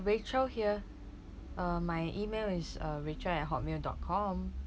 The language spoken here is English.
rachel here uh my email is uh rachel at hotmail dot com